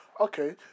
okay